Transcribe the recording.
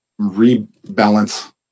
rebalance